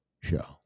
show